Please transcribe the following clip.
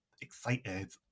excited